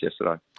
yesterday